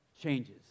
changes